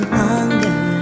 hunger